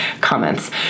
comments